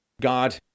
God